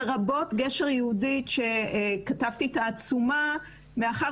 לרבות גשר יהודית שכתבתי את העצומה מאחר